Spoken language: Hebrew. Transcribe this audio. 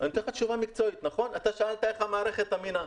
אתה שאלת איך המערכת אמינה?